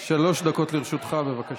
לרשותך, בבקשה.